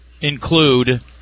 include